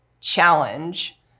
challenge